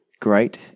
great